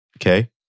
okay